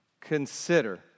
consider